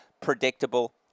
predictable